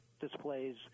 displays